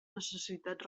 necessitats